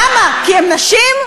למה, כי הן נשים?